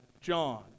John